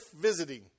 visiting